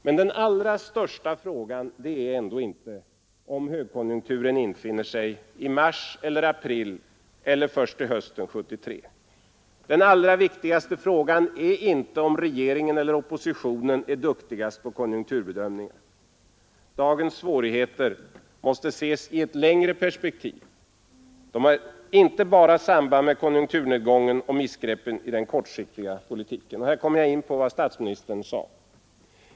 Men den allra största frågan är ändå inte om högkonjunkturen infinner sig i mars eller april eller först till hösten 1973. Den allra viktigaste frågan är inte om regeringen eller oppositionen är duktigast på konjunkturbedömning. Dagens svårigheter måste ses i ett längre perspektiv. De har inte bara samband med konjunkturnedgången och missgreppen i den kortsiktiga politiken. Och här kommer jag in på vad statsministern sade.